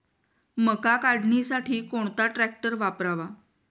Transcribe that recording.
मका काढणीसाठी कोणता ट्रॅक्टर वापरावा?